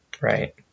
right